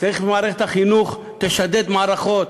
צריך שמערכת החינוך תשדד מערכות,